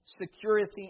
security